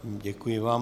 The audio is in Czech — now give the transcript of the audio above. Děkuji vám.